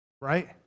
Right